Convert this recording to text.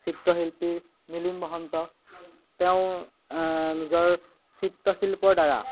চিত্ৰশিল্পী নীলিম মহন্ত তেওঁ নিজৰ চিত্ৰশিল্পৰ দ্বাৰা